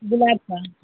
गुलाब का